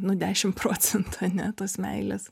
nu dešim procentų ane tos meilės